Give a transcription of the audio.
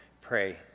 pray